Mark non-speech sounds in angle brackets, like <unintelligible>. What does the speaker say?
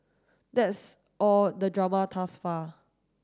that's all the drama <unintelligible> far